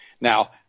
Now